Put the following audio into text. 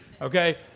okay